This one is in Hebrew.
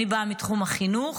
אני באה מתחום החינוך